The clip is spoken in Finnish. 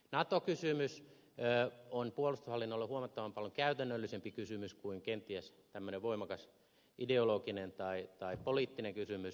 nato kysymys on puolustushallinnolle huomattavan paljon käytännöllisempi kysymys kuin kenties tämmöinen voimakas ideologinen tai poliittinen kysymys